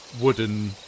wooden